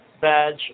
badge